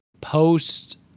post